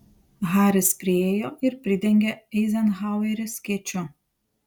haris priėjo ir pridengė eizenhauerį skėčiu